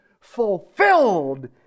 fulfilled